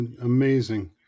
Amazing